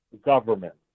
government